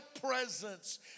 presence